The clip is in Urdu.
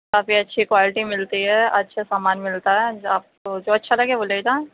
کافی اچھی کوالٹی ملتی ہے اچھا سامان ملتا ہے آپ کو جو اچھا لگے وہ لے جائیں